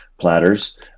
platters